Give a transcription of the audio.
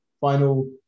final